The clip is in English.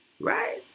Right